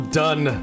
done